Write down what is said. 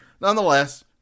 Nonetheless